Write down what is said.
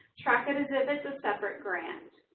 track it as if it's a separate grant.